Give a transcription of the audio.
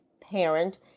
parent